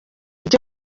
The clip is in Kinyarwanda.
ibyo